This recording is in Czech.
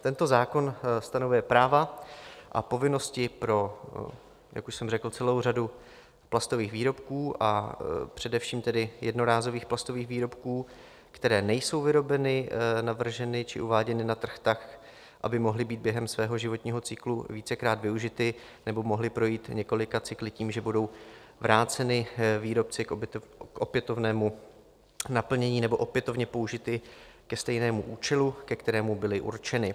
Tento zákon stanovuje práva a povinnosti pro, jak už jsem řekl, celou řadu plastových výrobků, a především jednorázových plastových výrobků, které nejsou vyrobeny, navrženy či uváděny na trh tak, aby mohly být během svého životního cyklu vícekrát využity nebo mohly projít několika cykly tím, že budou vráceny výrobci k opětovnému naplnění, nebo opětovně použity ke stejnému účelu, ke kterému byly určeny.